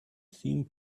theme